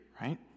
right